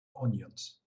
onions